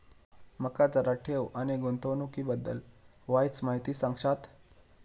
माका जरा ठेव आणि गुंतवणूकी बद्दल वायचं माहिती सांगशात?